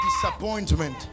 disappointment